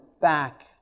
back